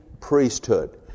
priesthood